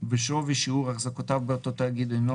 ושווי שיעור החזקותיו באותו תאגיד אינו